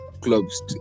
clubs